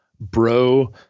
bro